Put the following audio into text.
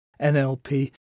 NLP